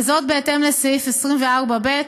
וזאת בהתאם לסעיף 24(ב)